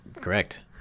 Correct